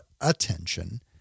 attention